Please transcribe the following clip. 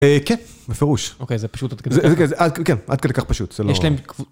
אה, כן, בפירוש. אוקיי, זה פשוט עד כדי כך. כן, עד כדי כך פשוט, זה לא... יש להם קבוצה.